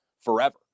forever